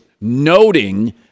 noting